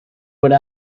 would